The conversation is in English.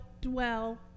dwell